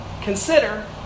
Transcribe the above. consider